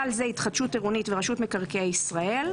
זה התחדשות עירונית ורשות מקרקעי ישראל,